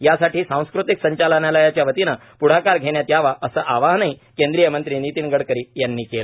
यासाठी सांस्कृतिक संचालनालयाच्यावतीने पृढाकार घेण्यात यावा असे आवाहनही केंद्रीय मंत्री नितीन गडकरी यांनी केले